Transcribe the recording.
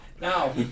Now